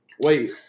Wait